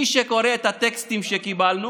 מי שקורא את הטקסטים שקיבלנו,